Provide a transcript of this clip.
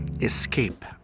Escape